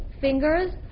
fingers